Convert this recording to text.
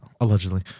allegedly